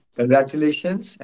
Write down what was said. Congratulations